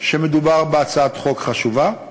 שמדובר בהצעת חוק חשובה,